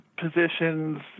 positions